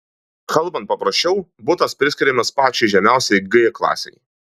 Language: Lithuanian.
kalbant paprasčiau butas priskiriamas pačiai žemiausiai g klasei